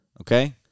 okay